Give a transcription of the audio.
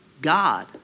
God